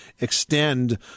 extend